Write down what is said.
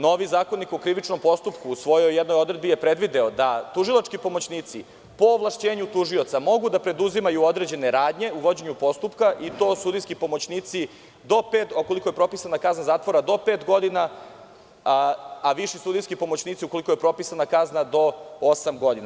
Novi Zakonik o krivičnom postupku u jednoj svojoj odredbi je predvideo da tužilački pomoćnici, po ovlašćenju tužioca, mogu da preduzimaju određene radnje u vođenju postupka i to sudijski pomoćnici ukoliko je propisana kazna zatvora do pet godina a viši sudijski pomoćnici ukoliko je propisana kazna do osam godina.